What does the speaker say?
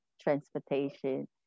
transportation